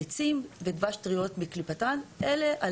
ביצים טריות בקליפתן ודבש.